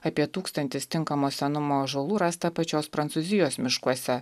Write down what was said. apie tūkstantis tinkamo senumo ąžuolų rasta pačios prancūzijos miškuose